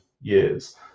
years